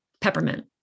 peppermint